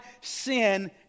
sin